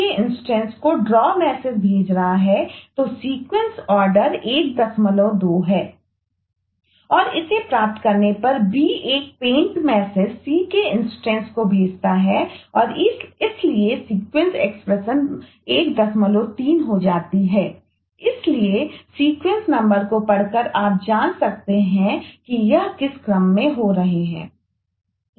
और इसे प्राप्त करने पर B एक पेंटको पढ़कर आप जान सकते हैं कि यह किस क्रम में हो रहे हैं